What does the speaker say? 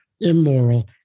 immoral